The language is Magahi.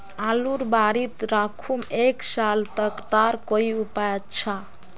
आलूर बारित राखुम एक साल तक तार कोई उपाय अच्छा?